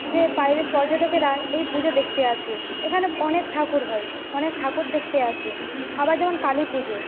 যে বাইরের পর্যটকেরা এই পুজো দেখতে আসে এখানে অনেক ঠাকুর হয় অনেক ঠাকুর দেখতে আসে আবার যেমন কালী পুজো